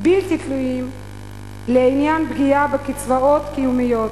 בלתי תלויות לעניין פגיעה בקצבאות קיומיות.